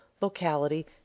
locality